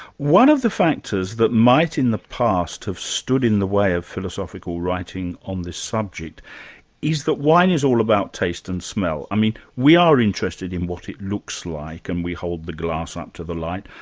one of the factors that might in the past have stood in the way of philosophical writing on this subject is that wine is all about taste and smell. i mean, we are interested in what it looks like, and we hold the glass up to the light,